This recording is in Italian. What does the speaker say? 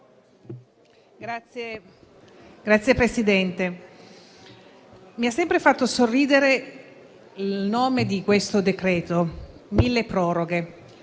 Signor Presidente, mi ha sempre fatto sorridere il nome di questo decreto-legge: milleproroghe.